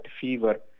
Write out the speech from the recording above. fever